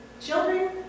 Children